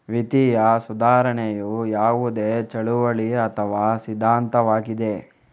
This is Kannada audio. ವಿತ್ತೀಯ ಸುಧಾರಣೆಯು ಯಾವುದೇ ಚಳುವಳಿ ಅಥವಾ ಸಿದ್ಧಾಂತವಾಗಿದೆ